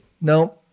no